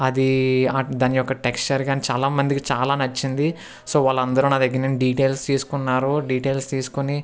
అదీ దాని యొక్క టెక్స్చర్ కానీ చాలా మందికి చాలా నచ్చింది సో వాళ్ళు అందరూ నాదెగ్గర నుండి డీటెయిల్స్ తీస్కున్నారు డీటెయిల్స్ తీసుకోని